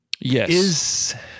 Yes